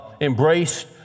embraced